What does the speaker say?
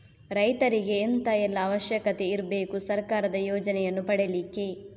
ರೈತರಿಗೆ ಎಂತ ಎಲ್ಲಾ ಅವಶ್ಯಕತೆ ಇರ್ಬೇಕು ಸರ್ಕಾರದ ಯೋಜನೆಯನ್ನು ಪಡೆಲಿಕ್ಕೆ?